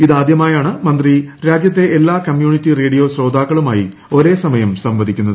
ഇതാദ്യമായാണ് മന്ത്രി രാജ്യത്തെ എല്ലാ കമ്മ്യൂണിറ്റി റേഡിയോ ശ്രോതാക്കളുമായി ഒരേസമയം സംവദിക്കുന്നത്